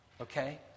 Okay